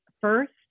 first